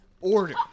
order